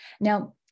now